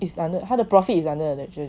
is under 他的 profit is under